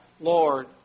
Lord